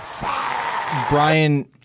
Brian